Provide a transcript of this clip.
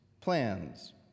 plans